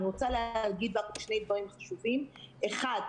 אני רוצה להגיד רק עוד שני דברים חשובים: האחד,